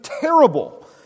terrible